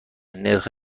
نرخ